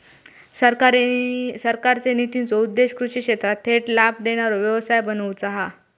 सरकारचे नितींचो उद्देश्य कृषि क्षेत्राक थेट लाभ देणारो व्यवसाय बनवुचा हा